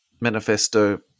manifesto